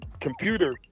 Computer